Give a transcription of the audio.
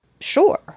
Sure